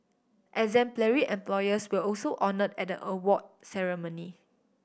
exemplary employers where also honoured at the award ceremony